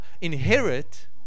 inherit